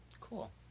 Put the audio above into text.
Cool